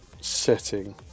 setting